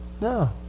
No